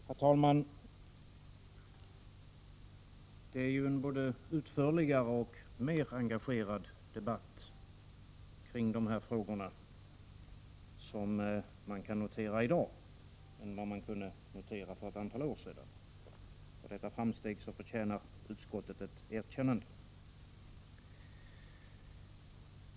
Herr talman! Man kan notera en både utförligare och mer engagerad debatt kring de här frågorna i dag än för ett antal år sedan. För detta framsteg förtjänar utskottet ett erkännande.